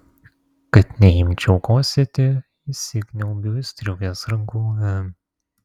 kad neimčiau kosėti įsikniaubiu į striukės rankovę